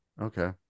Okay